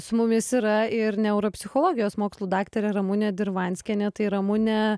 su mumis yra ir neuropsichologijos mokslų daktarė ramunė dirvanskienė tai ramune